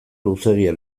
luzeegia